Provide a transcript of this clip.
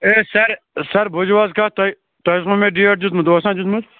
A sir sir بوٗزِو حظ کَتھ تۄہہِ تۄہہِ اوسمو مےٚ ڈیٹ دیُتمُت اوس نا دیُتمُت